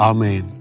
Amen